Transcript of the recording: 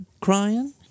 crying